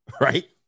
right